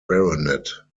baronet